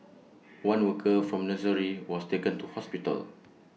one worker from nursery was taken to hospital